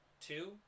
two